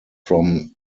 from